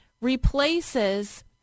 replaces